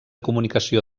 comunicació